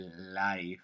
life